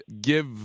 give –